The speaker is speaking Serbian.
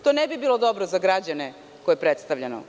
To ne bi bilo dobro za građane koje predstavljamo.